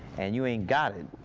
and you ain't got it,